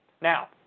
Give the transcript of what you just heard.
Now